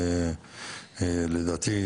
לדעתי,